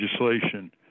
legislation